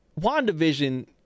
wandavision